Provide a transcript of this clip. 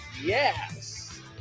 Yes